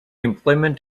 employment